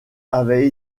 avaient